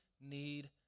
need